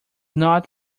not